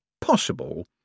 possible